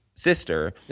sister